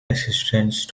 resistance